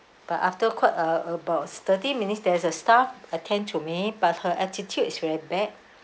but after quite uh about thirty minutes there's a staff attend to me but her attitude is very bad